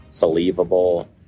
believable